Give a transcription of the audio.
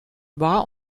war